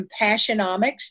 Compassionomics